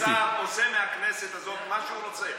לא יכול להיות ששר עושה מהכנסת הזאת מה שהוא רוצה.